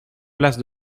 place